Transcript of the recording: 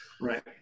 Right